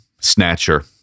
snatcher